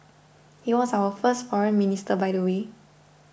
he was our first Foreign Minister by the way